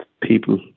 people